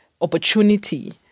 opportunity